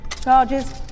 Charges